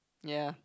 ya